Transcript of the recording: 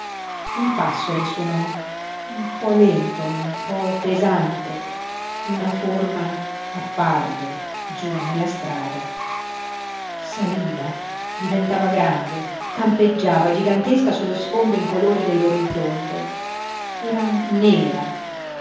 un passo risuonò un po lento un po pesante una forma apparve giú nella strada saliva diventava grande campeggiava gigantesca sullo sfondo incolore dell'orizzonte era nera